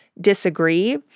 disagree